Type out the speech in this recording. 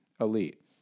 elite